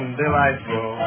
delightful